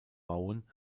bauen